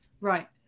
Right